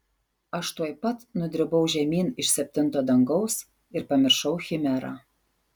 aš tuoj pat nudribau žemyn iš septinto dangaus ir pamiršau chimerą